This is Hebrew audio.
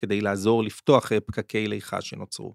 ‫כדי לעזור לפתוח הפקקי ליכה שנוצרו.